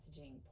messaging